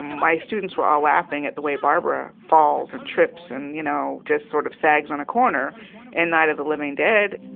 my students were all laughing at the way barbara falls and trips and, you know, just sort of sags on a corner in night of the living dead.